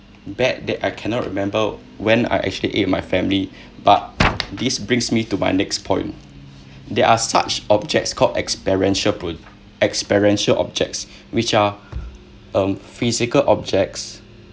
bad that I cannot remember when I actually ate with my family but this brings me to my next point there are such objects called experiential pro~ experiential objects which are a physical objects